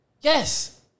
Yes